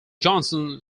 johnson